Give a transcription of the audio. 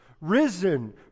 risen